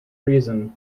reason